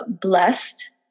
blessed